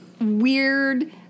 weird